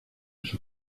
sus